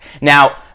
Now